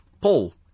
Paul